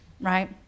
right